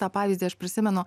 tą pavyzdį aš prisimenu